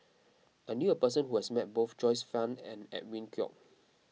I knew a person who has met both Joyce Fan and Edwin Koek